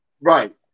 right